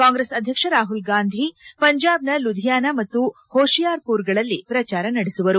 ಕಾಂಗ್ರೆಸ್ ಅಧ್ಯಕ್ಷ ರಾಹುಲ್ಗಾಂಧಿ ಪಂಜಾಬ್ನ ಲೂಧಿಯಾನ ಮತ್ತು ಹೊಶಿಯಾರ್ಮರ್ಗಳಲ್ಲಿ ಪ್ರಚಾರ ನಡೆಸುವರು